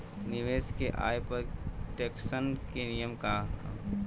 निवेश के आय पर टेक्सेशन के नियम का ह?